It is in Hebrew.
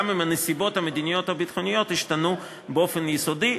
גם אם הנסיבות המדיניות או הביטחוניות השתנו באופן יסודי.